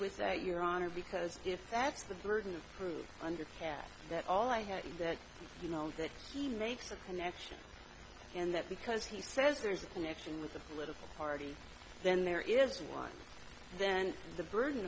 with that your honor because if that's the burden of proof under care that all i have that you know that he makes a connection and that because he says there's a connection with a political party then there is one then the burden